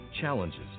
Challenges